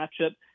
matchup